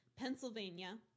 Pennsylvania